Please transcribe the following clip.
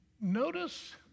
Notice